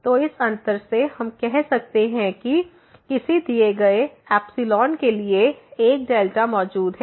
तो इस अंतर से हम कह सकते हैं कि किसी दिए गए के लिए एक मौजूद है